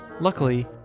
luckily